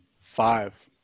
five